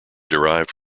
derived